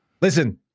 Listen